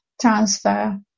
transfer